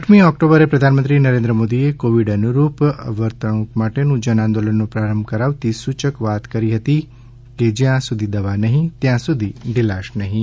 આઠમી ઓકટોબરે પ્રધાનમંત્રી નરેન્દ્ર મોદીએ કોવિડ અનુરૂપ વર્તણૂક માટેનું જન આંદોલનનો પ્રારંભ કરાવતી સૂચક વાત કરી હતી કે જ્યાં સુધી દવા નહીં ત્યાં સુધી ઢીલાશ નહીં